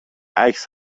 عکس